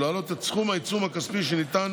ולהעלות את סכום העיצום הכספי שניתן